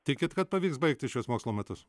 tikit kad pavyks baigti šiuos mokslo metus